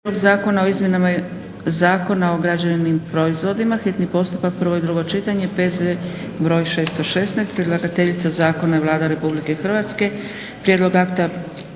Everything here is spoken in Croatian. prijedlog Zakona o izmjenama Zakona o građevnim proizvodima, hitni postupak, prvo i drugo čitanje, P.Z. br. 616; Predlagateljica Zakona je Vlada Republike Hrvatske. Prijedlog akta